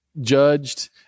judged